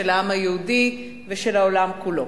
של העם היהודי ושל העולם כולו.